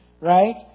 Right